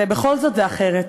ובכל זאת זה אחרת.